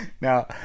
Now